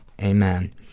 Amen